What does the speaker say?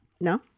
No